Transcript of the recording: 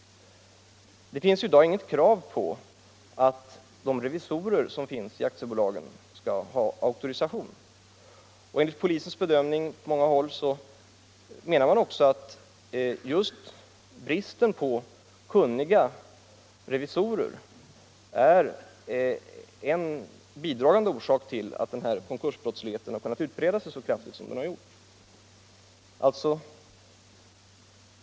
Det finns i dag inget krav på att de revisorer som finns i aktiebolagen skall ha auktorisation. Enligt bedömningar bl.a. från polishåll är just bristen på kunniga revisorer en bidragande orsak till att konkursbrottsligheten kunnat breda ut sig så kraftigt som den har gjort.